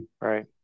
Right